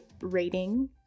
rating